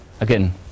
Again